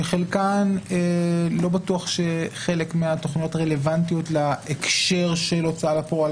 שחלקן לא בטוח שהן רלוונטיות להקשר של הוצאה לפועל